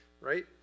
Right